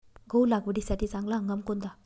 गहू लागवडीसाठी चांगला हंगाम कोणता?